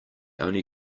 only